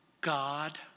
God